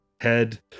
head